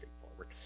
straightforward